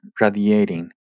radiating